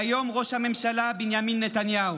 והיום הוא ראש הממשלה בנימין נתניהו.